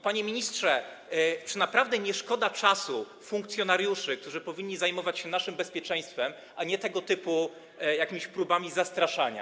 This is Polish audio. Panie ministrze, czy naprawdę nie szkoda czasu funkcjonariuszy, którzy powinni zajmować się naszym bezpieczeństwem, a nie tego typu próbami zastraszania?